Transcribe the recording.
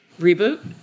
Reboot